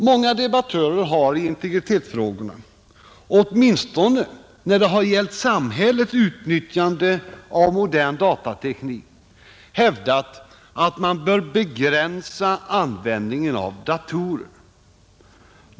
Många debattörer har i integritetsfrågorna, åtminstone när det gällt samhällets utnyttjande av modern datateknik, hävdat att man bör begränsa användningen av datorer.